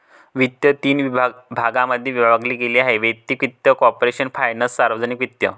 वित्त तीन भागांमध्ये विभागले गेले आहेः वैयक्तिक वित्त, कॉर्पोरेशन फायनान्स, सार्वजनिक वित्त